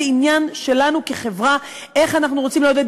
זה עניין שלנו כחברה איך אנחנו רוצים לעודד.